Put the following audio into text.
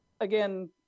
again